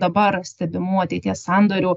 dabar stebimų ateities sandorių